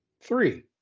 Three